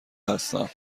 هستم